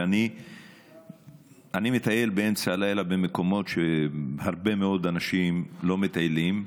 אני מטייל באמצע הלילה במקומות שהרבה מאוד אנשים לא מטיילים,